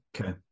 okay